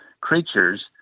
creatures